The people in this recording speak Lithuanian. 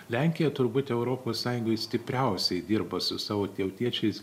lenkija turbūt europos sąjungoj stipriausiai dirba su savo tautiečiais